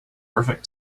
perfect